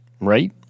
right